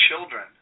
children